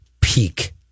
peak